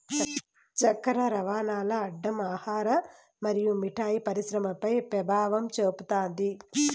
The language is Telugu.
చక్కర రవాణాల్ల అడ్డం ఆహార మరియు మిఠాయి పరిశ్రమపై పెభావం చూపుతాది